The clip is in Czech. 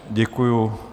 Děkuju.